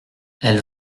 elle